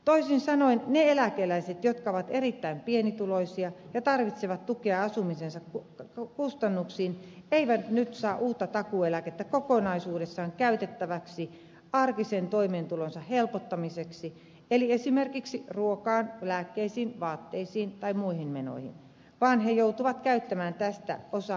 toisin sanoen ne eläkeläiset jotka ovat erittäin pienituloisia ja tarvitsevat tukea asumisensa kustannuksiin eivät nyt saa uutta takuueläkettä kokonaisuudessaan käytettäväksi arkisen toimeentulonsa helpottamiseksi eli esimerkiksi ruokaan lääkkeisiin vaatteisiin tai muihin menoihin vaan he joutuvat käyttämään tästä osan asumiseensa